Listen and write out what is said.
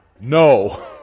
no